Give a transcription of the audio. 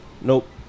Nope